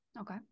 Okay